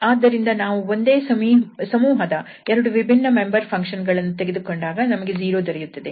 ಆದ್ದರಿಂದ ನಾವು ಒಂದೇ ಸಮೂಹದ ಎರಡು ವಿಭಿನ್ನ ಮೆಂಬರ್ ಫಂಕ್ಷನ್ ಗಳನ್ನು ತೆಗೆದುಕೊಂಡಾಗ ನಮಗೆ 0 ದೊರೆಯುತ್ತದೆ